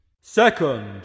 Second